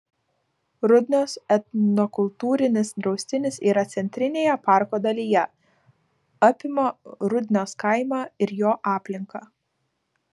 rudnios etnokultūrinis draustinis yra centrinėje parko dalyje apima rudnios kaimą ir jo aplinką